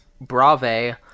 Brave